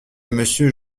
monsieur